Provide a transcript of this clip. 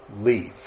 leave